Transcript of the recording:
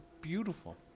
beautiful